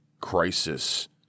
crisis